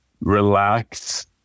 relax